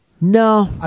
No